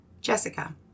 Jessica